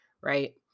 right